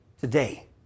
today